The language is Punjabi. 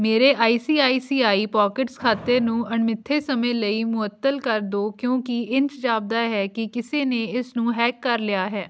ਮੇਰੇ I C I C I Pockets ਖਾਤੇ ਨੂੰ ਅਣਮਿੱਥੇ ਸਮੇਂ ਲਈ ਮੁਅੱਤਲ ਕਰ ਦਿਉ ਕਿਉਂਕਿ ਇੰਝ ਜਾਪਦਾ ਹੈ ਕਿ ਕਿਸੇ ਨੇ ਇਸਨੂੰ ਹੈਕ ਕਰ ਲਿਆ ਹੈ